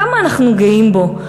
כמה אנחנו גאים בו,